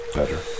Better